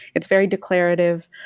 it's very declarative,